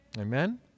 Amen